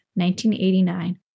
1989